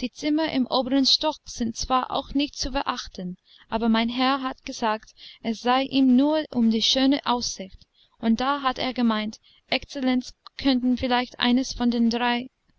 die zimmer im oberen stock sind zwar auch nicht zu verachten aber mein herr hat gesagt es sei ihm nur um die schöne aussicht und da hat er gemeint exzellenz könnten vielleicht eines von den drei nein